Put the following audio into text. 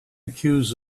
accuse